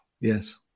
Yes